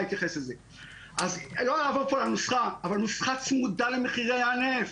הנוסחה צמודה למחירי הנפט.